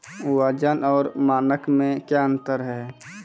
वजन और मानक मे क्या अंतर हैं?